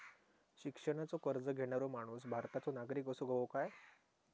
शिक्षणाचो कर्ज घेणारो माणूस भारताचो नागरिक असूक हवो काय?